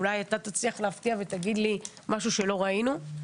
אולי אתה תצליח להפתיע ולהגיד לי משהו שלא ראינו.